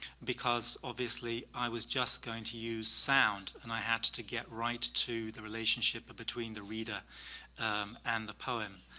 because obviously i was just going to use sound and i had to get right to the relationship between the reader and the poem.